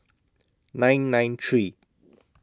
nine nine three